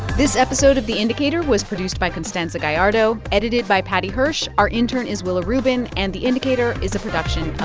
this episode of the indicator was produced by constanza gallardo, edited by paddy hirsch. our intern is willa rubin. and the indicator is a production